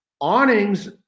Awnings